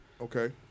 Okay